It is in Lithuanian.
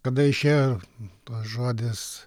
kada išėjo tas žodis